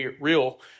real